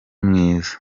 mwiza